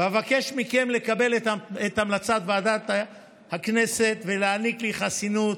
אבקש מכם לקבל את המלצת ועדת הכנסת ולהעניק לי חסינות